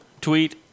tweet